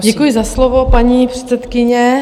Děkuji za slovo, paní předsedkyně.